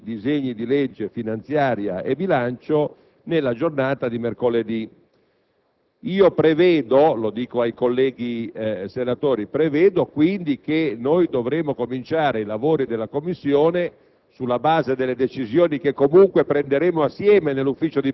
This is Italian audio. di fissare l'inizio dei lavori dell'Aula sui disegni di legge finanziaria e bilancio nella giornata di mercoledì. Quindi prevedo - lo dico ai colleghi senatori - che dovremo cominciare i lavori della Commissione,